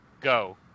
Go